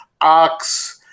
Ox